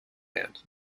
hand